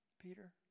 Peter